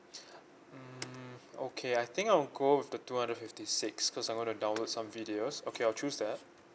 mm okay I think I will go with the two hundred fifty six because I wanna download some videos okay I'll choose that